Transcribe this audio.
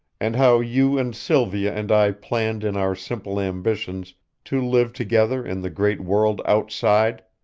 and how you and sylvia and i planned in our simple ambitions to live together in the great world outside.